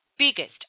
biggest